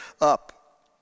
up